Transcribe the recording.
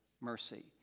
mercy